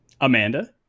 Amanda